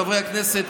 חברי הכנסת,